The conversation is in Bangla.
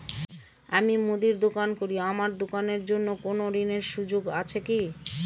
আমি মুদির দোকান করি আমার দোকানের জন্য কোন ঋণের সুযোগ আছে কি?